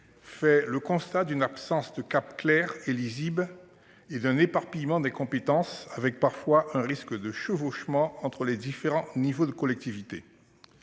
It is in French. au constat d'une absence de cap clair et lisible et d'un éparpillement des compétences, avec parfois un risque de chevauchement entre les différents niveaux de collectivités.